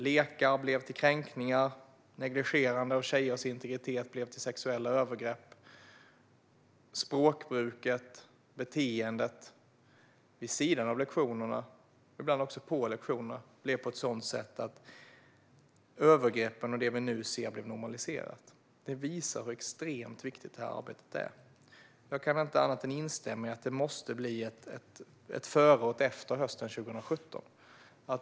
Lekar blev till kränkningar, negligerande av tjejers integritet blev till sexuella övergrepp och språkbruket och beteendet vid sidan av lektionerna - ibland också på lektionerna - blev sådana att övergreppen och det vi nu ser blev normaliserat. Det visar hur extremt viktigt det här arbetet är. Jag kan inte annat än instämma i att det måste bli ett före och ett efter hösten 2017.